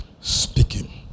speaking